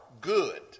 good